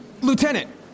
Lieutenant